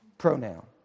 Pronoun